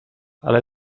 ale